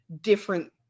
different